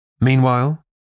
Meanwhile